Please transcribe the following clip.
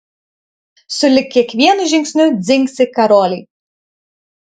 sulig kiekvienu žingsniu dzingsi karoliai